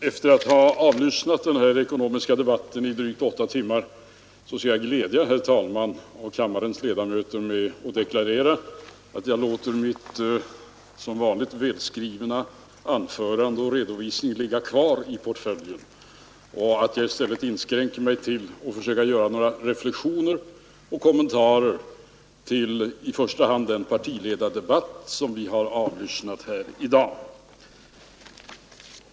Efter att ha avlyssnat den här ekonomiska debatten i drygt åtta timmar skall jag glädja herr talmannen och kammarens ledamöter med att deklarera att jag låter mitt som vanligt välskrivna anförande och min redovisning ligga kvar i portföljen och i stället inskränker mig till att försöka göra några reflexioner kring och kommentarer till i första hand den partiledardebatt som vi har avlyssnat här i dag.